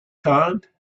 kind